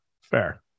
Fair